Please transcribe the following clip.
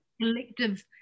collective